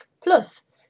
Plus